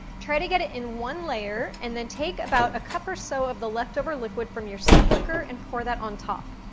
try to get it in one layer and then take about a cup or so of the leftover liquid from your slow cooker and pour that on top.